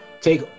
Take